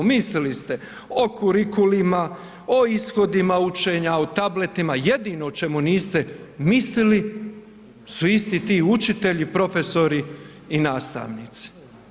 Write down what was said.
Mislili ste o kurikulima, o ishodima učenja, o tabletima jedino o čemu niste mislili su isti ti učitelji, profesori i nastavnici.